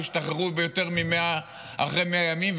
שהשתחררו אחרי 100 ימים,